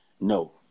no